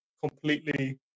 completely